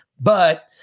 but-